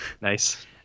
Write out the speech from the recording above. Nice